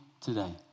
today